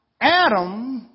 Adam